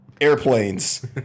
Airplanes